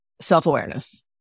self-awareness